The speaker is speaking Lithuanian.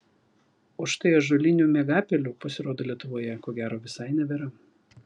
o štai ąžuolinių miegapelių pasirodo lietuvoje ko gero visai nebėra